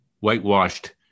whitewashed